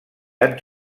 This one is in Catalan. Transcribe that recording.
han